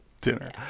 dinner